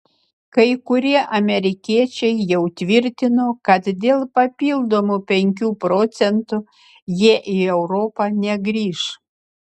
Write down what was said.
kai kurie amerikiečiai jau tvirtino kad dėl papildomų penkių procentų jie į europą negrįš